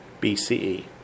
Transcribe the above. BCE